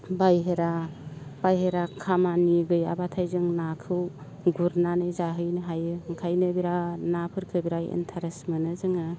बाहेरा बाहेरा खामानि गैयाब्लाथाय जों नाखौ गुरनानै जाहैनो हायो ओंखायनो बेराद नाफोरखो बेराद इन्ट्रेस्ट मोनो जोङो